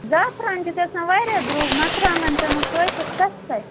زعفران چھِ گَژھان واریاہ درٛۅگ مرژٕوانٛگَن پٮ۪نَو کٲشِر سَستٕے